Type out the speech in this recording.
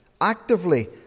Actively